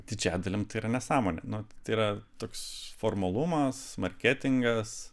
didžiąja dalim tai yra nesąmonė nu tai yra toks formalumas marketingas